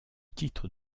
titre